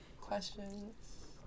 Questions